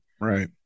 Right